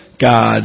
God